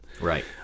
Right